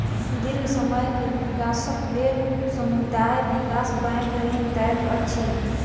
दीर्घ समय के विकासक लेल समुदाय विकास बैंक ऋण दैत अछि